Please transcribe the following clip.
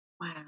wow